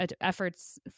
efforts